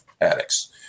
addicts